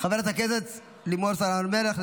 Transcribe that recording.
חברת לימור סון הר מלך,